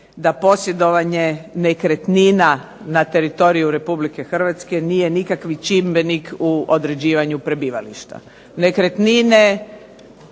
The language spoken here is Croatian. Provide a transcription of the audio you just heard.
da posjedovanje nekretnina na teritoriju RH nije nikakvi čimbenik u određivanju prebivališta.